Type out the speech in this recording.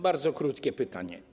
Bardzo krótkie pytanie.